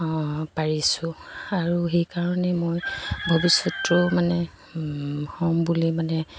পাৰিছোঁ আৰু সেইকাৰণে মই ভৱিষ্যত মানে হ'ম বুলি মানে